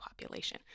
population